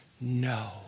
No